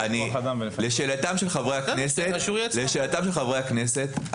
לשאלתם של חברי הכנסת,